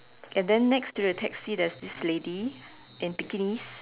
and then next to the taxi there is this lady in bikinis